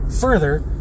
Further